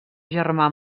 germà